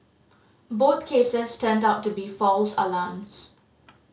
both cases turned out to be false alarms